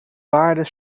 paarden